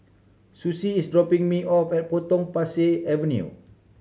Susie is dropping me off at Potong Pasir Avenue